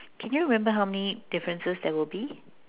can you remember how many differences there will be